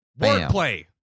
wordplay